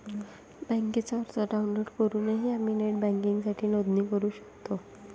बँकेचा अर्ज डाउनलोड करूनही आम्ही नेट बँकिंगसाठी नोंदणी करू शकतो